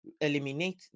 eliminate